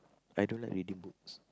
I don't like reading books